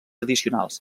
addicionals